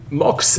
mox